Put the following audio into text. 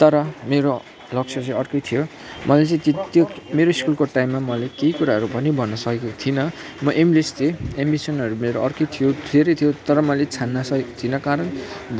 तर मेरो लक्ष्य चाहिँ अर्कै थियो मैले चाहिँ त्यो त्यो मेरो स्कुलको टाइममा मैले केही कुराहरू पनि भन्नु सकेको थिइनँ म एमलेस थिएँ एमबिसनहरू मेरो अर्कै थियो धेरै थियो तर मैले छान्न सकेको थिइनँ कारण